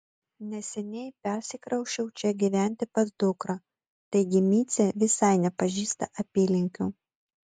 neseniai persikrausčiau čia gyventi pas dukrą taigi micė visai nepažįsta apylinkių